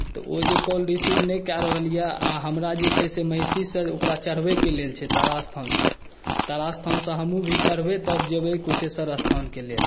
तऽ ओ जे कॉल रिसीव नहि कए रहल यए आ हमरा जे छै से महिषीसँ हमरा ओकरा चढ़बैके लेल छै तारा स्थानसँ तारा स्थानसँ हमहूँ भी चढ़बै तब जेबै कुशेश्वर स्थानके लेल